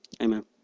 Amen